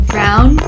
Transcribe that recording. Brown